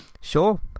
sure